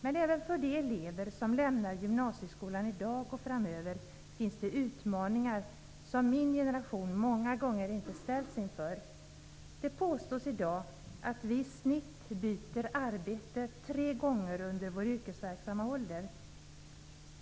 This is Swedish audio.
Men även för de elever som lämnar gymnasieskolan i dag och framöver finns det utmaningar som min generation inte ofta ställts inför. Det påstås i dag att vi i snitt byter arbete tre gånger under vår yrkesverksamma ålder.